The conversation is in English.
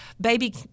baby